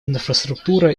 инфраструктура